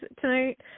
tonight